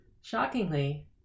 shockingly